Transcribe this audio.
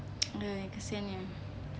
kesiannya